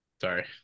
Sorry